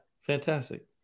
fantastic